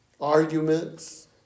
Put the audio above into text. Arguments